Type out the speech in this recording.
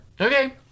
Okay